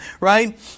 right